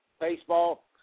baseball